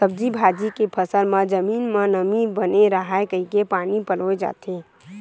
सब्जी भाजी के फसल म जमीन म नमी बने राहय कहिके पानी पलोए जाथे